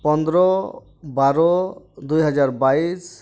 ᱯᱚᱱᱮᱨᱚ ᱵᱟᱨᱚ ᱫᱩᱭᱦᱟᱡᱟᱨ ᱵᱟᱭᱤᱥ